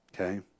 okay